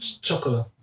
Chocolate